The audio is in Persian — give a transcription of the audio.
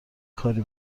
کاری